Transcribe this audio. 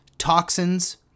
toxins